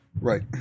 Right